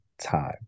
time